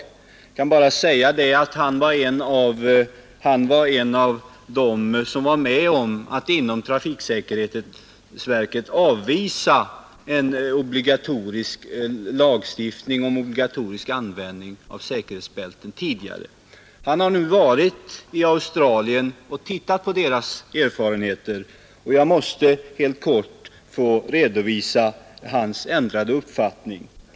Jag kan bara säga att han var en av dem som var med om att inom trafiksäkerhetsverket tidigare avvisa lagstiftning om obligatorisk användning av säkerhetsbälten. Han har nu varit i Australien och sett på erfarenheterna där, och jag vill helt kort redovisa hans ändrade uppfattning.